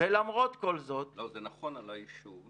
ולמרות כל זאת --- לא, זה נכון על היישוב.